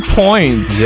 point